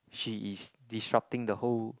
she is disrupting the whole